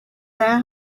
their